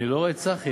אני לא רואה את צחי.